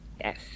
Yes